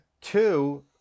Two